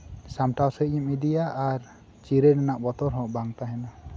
ᱥᱟᱢᱴᱟᱣ ᱥᱟᱺᱦᱤᱡ ᱮᱢ ᱤᱫᱤᱭᱟ ᱟᱨ ᱪᱤᱨᱟᱹ ᱨᱮᱭᱟᱜ ᱵᱚᱛᱚᱨ ᱦᱚᱸ ᱵᱟᱝ ᱛᱟᱦᱮᱸᱱᱟ